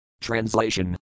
Translation